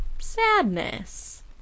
sadness